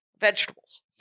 vegetables